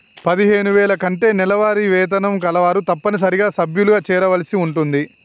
పదిహేను వేల కంటే నెలవారీ వేతనం కలవారు తప్పనిసరిగా సభ్యులుగా చేరవలసి ఉంటుంది